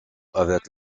avec